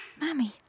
Mammy